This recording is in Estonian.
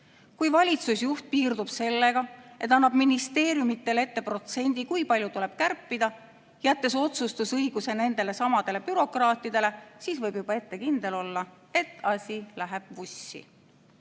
Kui valitsusjuht piirdub sellega, et annab ministeeriumidele ette protsendi, kui palju tuleb kärpida, jättes otsustusõiguse nendelesamadele bürokraatidele, siis võib juba ette kindel olla, et asi läheb vussi.